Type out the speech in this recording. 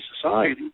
society